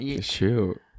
shoot